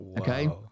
okay